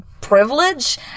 privilege